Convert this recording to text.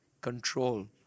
control